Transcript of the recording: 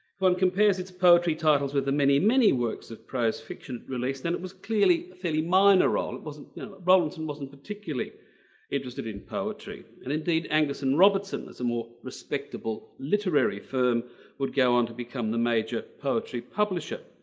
one compares its poetry titles with the many many works of prose fiction released and it was clearly a fairly minor role. it wasn't rowlinson wasn't particularly interested in poetry and indeed angus and robertson there's a more respectable literary firm would go on to become the major poetry publisher.